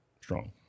strong